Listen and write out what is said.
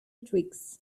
tweaks